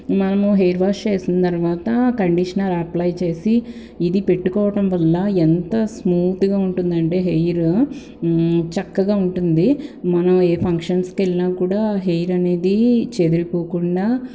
మనము hair wash చేసిన తరువాత కండీషనర్ అప్లై చేసి ఇది పెట్టుకోవటం వల్ల ఎంత స్మూత్గా ఉంటుందంటే హెయిరు చక్కగా ఉంటుంది మనం ఏ ఫంక్షన్స్కెళ్ళినా కూడా హెయిర్ అనేది చెదిరిపోకుండా